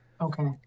okay